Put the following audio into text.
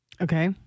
Okay